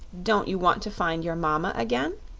don't you want to find your mama again?